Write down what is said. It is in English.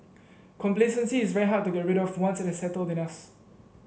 complacency is very hard to get rid of once it has settled in us